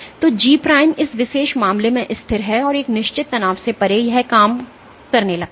तो G' इस विशेष मामले में स्थिर है और एक निश्चित तनाव से परे यह कम होने लगता है